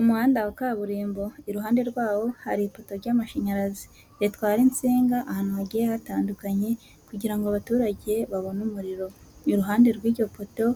Umuhanda wa kaburimbo, iruhande rwawo hari ipoto ry'amashanyarazi, ritwara nsinga ahantu hagiye hatandukanye kugira ngo abaturage babone umuriro, iruhande rw'iyo poto